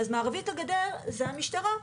אז מערבית לגדר זה המשטרה.